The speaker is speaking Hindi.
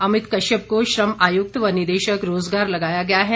अमित कश्यप को श्रम आयुक्त व निदेशक रोजगार लगाया गया है